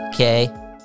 Okay